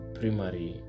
primary